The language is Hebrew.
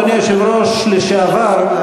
אדוני היושב-ראש לשעבר,